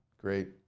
Great